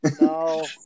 No